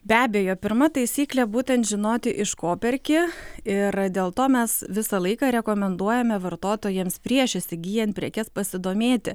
be abejo pirma taisyklė būtent žinoti iš ko perki ir dėl to mes visą laiką rekomenduojame vartotojams prieš įsigyjant prekes pasidomėti